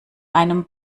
einem